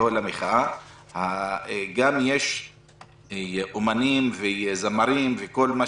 אוהל המחאה - יש גם אומנים וזמרים וכל מה